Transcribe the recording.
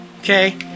okay